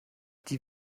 die